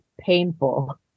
painful